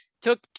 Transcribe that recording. took